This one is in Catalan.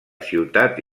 ciutat